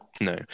no